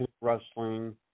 wrestling